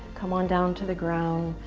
come on down to the ground.